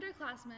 underclassmen